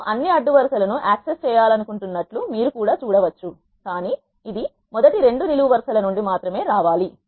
నేను అన్ని అడ్డు వరుస లను యాక్సెస్ చేయాలనుకుంటున్నట్లు మీరు కూడా చూడవచ్చు కానీ ఇది మొదటి రెండు నిలువు వరుస ల నుండి మాత్రమే రా వాలి